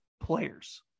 players